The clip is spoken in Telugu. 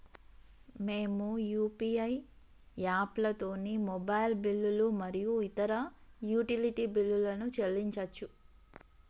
మేము యూ.పీ.ఐ యాప్లతోని మొబైల్ బిల్లులు మరియు ఇతర యుటిలిటీ బిల్లులను చెల్లించచ్చు